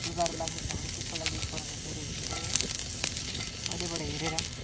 जुगाहरू लाग्ने छ भने त्यसको लागि उपकरणहरू लिएर हिँड्नुपर्यो है पहिल्यैबाट हेरेर